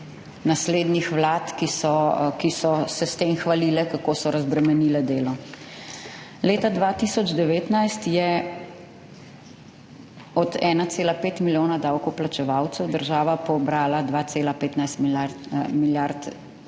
naslednjih vlad, ki so, ki so se s tem hvalile, kako so razbremenile delo. Leta 2019 je od 1,5 milijona davkoplačevalcev država pobrala 2,15 milijard,